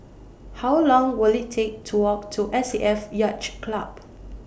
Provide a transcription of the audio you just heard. How Long Will IT Take to Walk to S A F Yacht Club